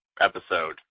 episode